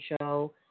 show